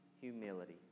humility